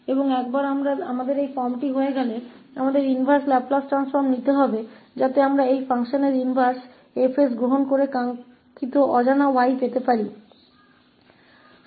और एक बार जब हमारे पास यह रूप हो जाता है तो हमें इनवर्स लाप्लास ट्रांसफॉर्म लेने की आवश्यकता होती है ताकि हम इस फ़ंक्शन 𝐹 𝑠 का इनवर्स लेकर वांछित अज्ञात प्राप्त कर सकें